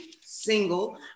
single